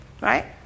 right